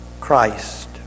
Christ